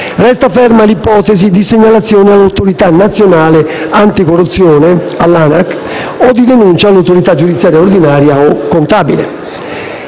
Resta ferma l'ipotesi di segnalazione all'Autorità nazionale anticorruzione (ANAC) o di denuncia all'autorità giudiziaria ordinaria o contabile.